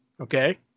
okay